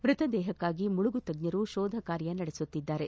ಮೃತದೇಪಕ್ಷಾಗಿ ಮುಳುಗು ತಜ್ಞರು ಶೋಧ ಕಾರ್ಯ ನಡೆಸುತ್ತಿದ್ದಾರೆ